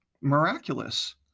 miraculous